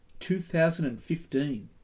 2015